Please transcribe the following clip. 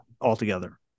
altogether